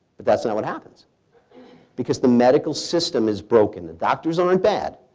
but that's not what happens because the medical system is broken. the doctors aren't bad.